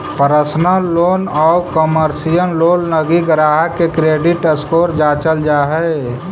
personal loan आउ commercial loan लगी ग्राहक के क्रेडिट स्कोर जांचल जा हइ